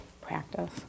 practice